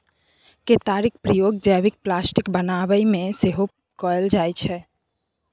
केतारीक प्रयोग जैबिक प्लास्टिक बनेबामे सेहो कएल जाइत छै